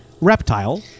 Reptile